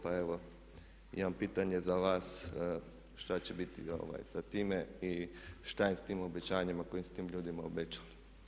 Pa evo imam pitanje za vas šta će biti sa time i šta je s tim obećanjima koje ste tim ljudima obećali?